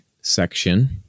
section